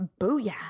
Booyah